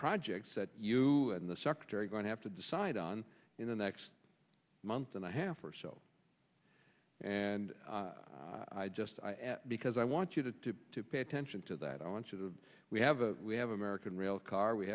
projects that you and the secretary going to have to decide on in the next month and a half or so and i just because i want you to to pay attention to that i want you to we have a we have american rail car we